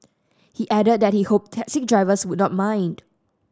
he added that he hoped taxi drivers would not mind